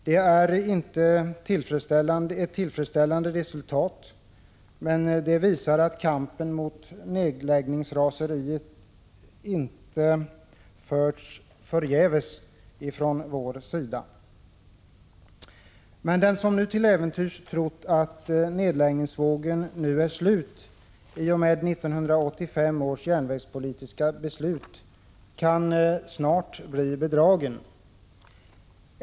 Det är inte ett tillfredsställande resultat, men det visar att kampen mot nedläggningsraseriet inte förts förgäves från vår sida. Men den som till äventyrs trott att nedläggningsvågen nu är slut i och med 1985 års järnvägspolitiska beslut kan snart bli bedragen.